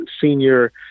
senior